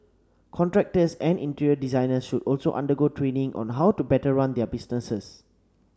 contractors and interior designers should also undergo training on how to better run their businesses